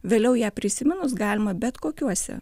vėliau ją prisiminus galima bet kokiuose